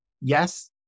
yes